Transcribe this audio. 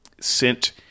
sent